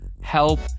help